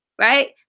right